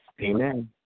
Amen